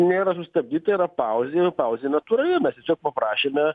nėra sustabdyta yra pauzė o pauzė natūrali mes tiesiog paprašėme